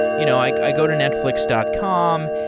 you know like i go to netflix dot com,